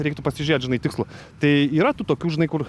reiktų pasižiūrėt žinai tikslų tai yra tų tokių žinai kur